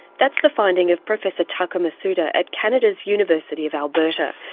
that's the finding of professor taka masuda at canada's university of alberta.